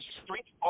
street